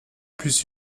plus